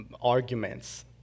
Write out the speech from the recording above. arguments